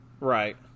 Right